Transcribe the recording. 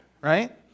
right